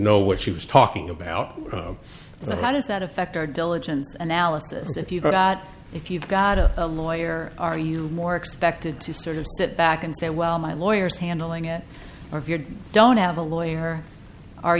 know what she was talking about and how does that affect our diligence and alice's if you've got if you've got a lawyer are you more expected to sort of sit back and say well my lawyers handling it or if you don't have a lawyer are